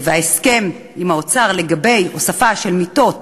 וההסכם עם האוצר לגבי הוספה של מיטות